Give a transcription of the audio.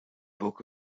book